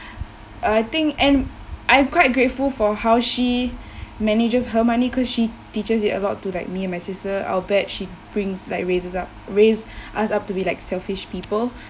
I think and I quite grateful for how she manages her money cause she teaches it a lot to like me and my sister I'll bet she brings like raises up raise us up to be like selfish people